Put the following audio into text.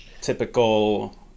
typical